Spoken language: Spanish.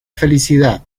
felicidad